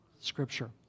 Scripture